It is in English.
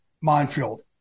minefield